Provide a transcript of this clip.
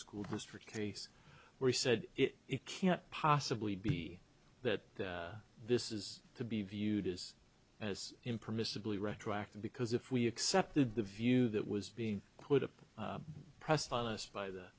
school district case where he said it can't possibly be that this is to be viewed as as impermissibly retroactive because if we accepted the view that was being put upon press finest by the